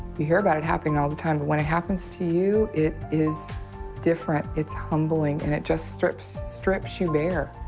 you hear about it happening all the time, but when it happens to you it is different. it's humbling and it just strips strips you bare.